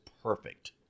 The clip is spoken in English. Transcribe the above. perfect